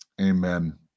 amen